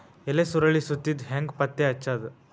ಎಲಿ ಸುರಳಿ ಸುತ್ತಿದ್ ಹೆಂಗ್ ಪತ್ತೆ ಹಚ್ಚದ?